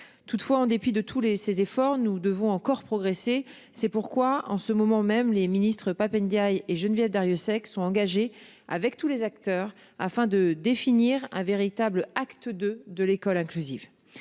Toutefois, en dépit de tous les ses efforts, nous devons encore progresser. C'est pourquoi en ce moment même les ministres. Pap Ndiaye et Geneviève Darrieussecq sont engagés avec tous les acteurs afin de définir un véritable acte de de l'école inclusive.